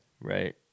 Right